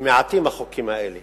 ומעטים החוקים האלה